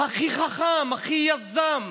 הכי חכם, הכי יזם.